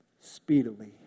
Speedily